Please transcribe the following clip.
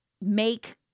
make